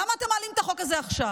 למה אתם מעלים את החוק הזה עכשיו?